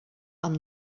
amb